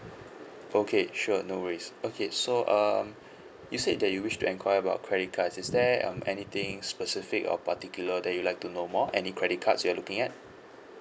okay sure no worries okay so uh you said that you wish to enquire about credit cards is there um anything specific or particular that you'd like to know more any credit cards you are looking at